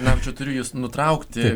na čia turiu jus nutraukti